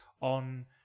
on